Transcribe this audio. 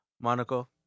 Monaco